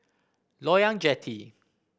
Loyang Jetty